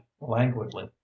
languidly